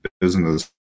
business